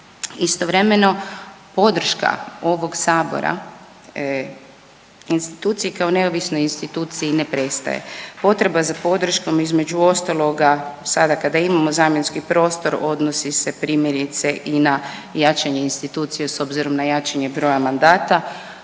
Istovremeno, podrška ovog Sabora institucije kao neovisne instituciji ne prestaje. Potreba za podrškom, između ostaloga sada kada imamo zamjenski prostor, odnosi se primjerice i na jačanje institucije s obzirom na jačanje broja mandata.